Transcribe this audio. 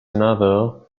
another